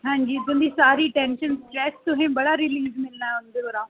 हां जी तुं'दी सारी टैंशन मुक्की गेई ऐ तुसें गी बड़ा रिलीफ मिलना ऐ